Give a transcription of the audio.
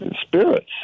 spirits